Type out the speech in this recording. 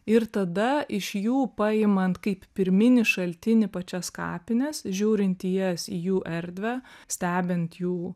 ir tada iš jų paimant kaip pirminį šaltinį pačias kapines žiūrint į jas į jų erdvę stebint jų